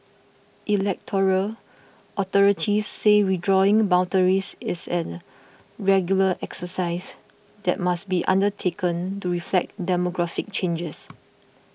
electoral authorities say redrawing boundaries is a regular exercise that must be undertaken to reflect demographic changes